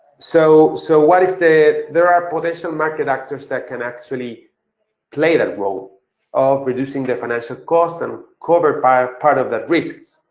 so so what is the there are potential market actors that can actually play that role of reducing the financial cost and cover part of that risk.